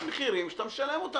כן, יש מחירים שאתה משלם.